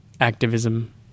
activism